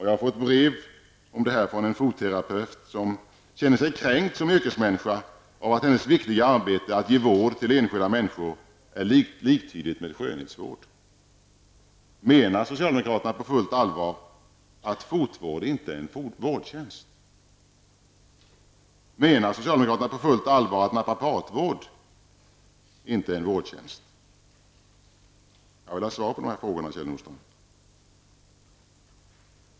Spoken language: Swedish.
Jag har fått brev från en fotterapeut som känner sig kränkt som yrkesmänniska av att hennes viktiga arbete att ge vård till enskilda människor är liktydigt med skönhetsvård. Menar socialdemokraterna på fullt allvar att fotvård inte är en vårdtjänst? Menar socialdemokraterna på fullt allvar att naprapatvård inte är en vårdtjänst? Jag vill ha svar på dessa frågor, Kjell Nordström.